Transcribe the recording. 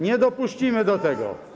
Nie dopuścimy do tego.